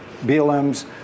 BLM's